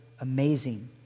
amazing